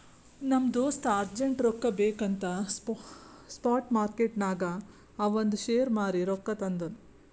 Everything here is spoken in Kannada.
ನಮ್ ದೋಸ್ತ ಅರ್ಜೆಂಟ್ ರೊಕ್ಕಾ ಬೇಕ್ ಅಂತ್ ಸ್ಪಾಟ್ ಮಾರ್ಕೆಟ್ನಾಗ್ ಅವಂದ್ ಶೇರ್ ಮಾರೀ ರೊಕ್ಕಾ ತಂದುನ್